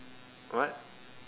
what